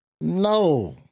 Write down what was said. No